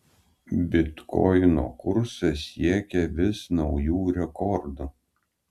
bitkoino kursas siekia vis naujų rekordų